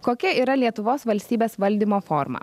kokia yra lietuvos valstybės valdymo forma